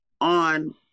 on